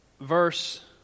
verse